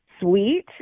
sweet